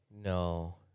No